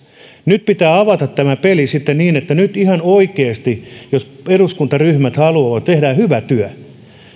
nyt pitää avata tämä peli sitten niin että nyt ihan oikeasti jos eduskuntaryhmät haluavat että tehdään hyvä työ